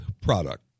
product